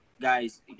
guys